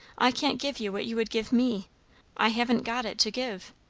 i can't give you what you would give me i haven't got it to give.